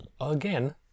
again